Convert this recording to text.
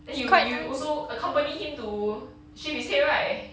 then you you also accompany him to shave his head right